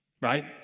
right